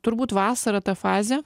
turbūt vasara ta fazė